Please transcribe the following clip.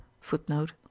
Footnote